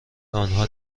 آنها